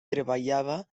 treballava